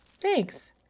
Thanks